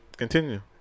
Continue